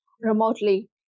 remotely